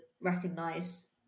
recognize